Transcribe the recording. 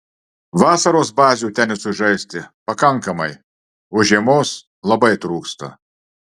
vasaros bazių tenisui žaisti pakankamai o žiemos labai trūksta